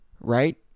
Right